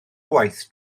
gwaith